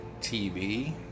TV